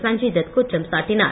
சஞ்சய் தத் குற்றம் சாட்டினார்